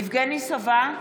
יבגני סובה,